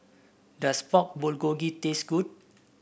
does Pork Bulgogi taste good